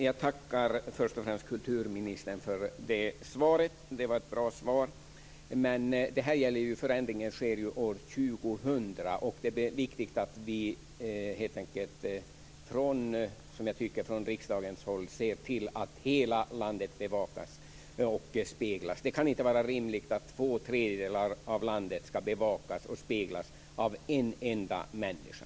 Fru talman! Först och främst vill jag tacka kulturministern för svaret. Det var ett bra svar. Men den här förändringen sker år 2000. Det är viktigt, tycker jag, att vi från riksdagshåll ser till att hela landet bevakas och speglas. Det kan inte vara rimligt att två tredjedelar av landet skall bevakas och speglas av en enda människa.